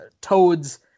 Toad's